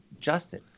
Justin